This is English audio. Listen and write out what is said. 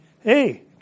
hey